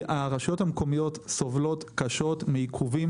כי הרשויות המקומיות סובלות קשות מעיכובים